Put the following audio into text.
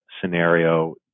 scenario